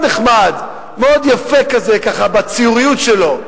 מאוד נחמד, מאוד יפה כזה, ככה, בציוריות שלו.